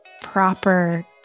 proper